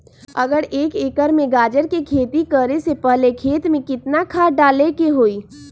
अगर एक एकर में गाजर के खेती करे से पहले खेत में केतना खाद्य डाले के होई?